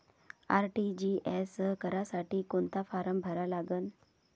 RTGS करासाठी कोंता form भरा लागन?